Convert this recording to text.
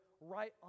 right